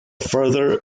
further